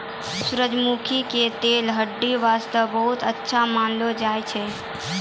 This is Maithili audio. सूरजमुखी के तेल ह्रदय वास्तॅ बहुत अच्छा मानलो जाय छै